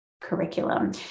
curriculum